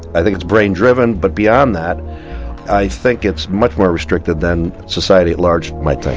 i think it's brain driven but beyond that i think it's much more restricted than society at large might think.